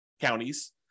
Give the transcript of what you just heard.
counties